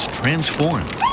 transformed